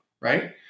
right